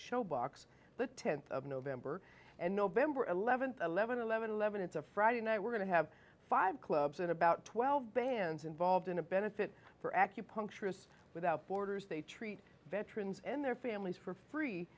show box the tenth of november and november eleventh eleven eleven eleven it's a friday night we're going to have five clubs in about twelve bands involved in a benefit for acupuncturists without borders they treat veterans and their families for free